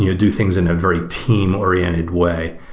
yeah do things in a very team-oriented way.